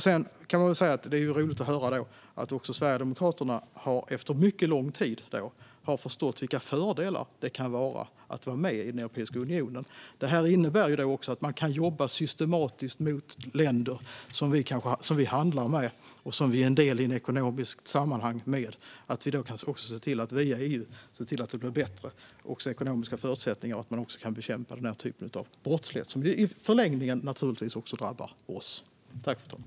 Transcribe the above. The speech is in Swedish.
Sedan kan man säga att det är roligt att höra att också Sverigedemokraterna efter mycket lång tid har förstått vilka fördelar det kan ha att vara med i Europeiska unionen. Det här innebär att man kan jobba systematiskt mot länder som vi handlar med och är en del i ett ekonomiskt sammanhang med så att vi via EU kan se till att det blir bättre ekonomiska förutsättningar och att den här typen av ekonomisk brottslighet, som i förlängningen också drabbar oss, kan bekämpas.